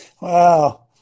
Wow